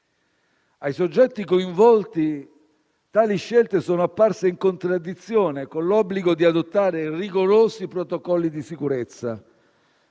Ai soggetti coinvolti tali scelte sono apparse in contraddizione con l'obbligo di adottare rigorosi protocolli di sicurezza,